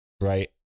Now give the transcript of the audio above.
right